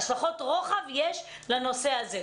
יש לנושא הזה.